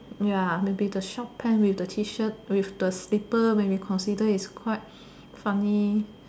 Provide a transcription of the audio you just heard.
ya maybe the short pant with the T shirt with the slipper maybe consider is quite funny